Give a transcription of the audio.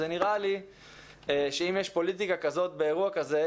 אם יש פוליטיקה כזאת באירוע כזה,